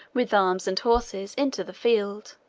with arms and horses, into the field.